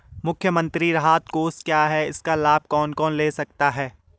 मुख्यमंत्री राहत कोष क्या है इसका लाभ कौन कौन ले सकता है?